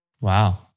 Wow